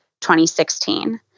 2016